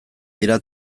dira